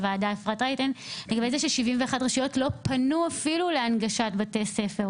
הוועדה אפרת רייטן לגבי זה ש-71 רשויות לא פנו אפילו להנגשת בתי ספר.